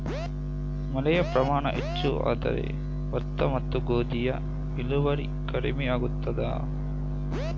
ಮಳೆಯ ಪ್ರಮಾಣ ಹೆಚ್ಚು ಆದರೆ ಭತ್ತ ಮತ್ತು ಗೋಧಿಯ ಇಳುವರಿ ಕಡಿಮೆ ಆಗುತ್ತದಾ?